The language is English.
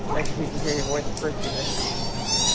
i just need to hear your voice for a few minutes. i'm right here.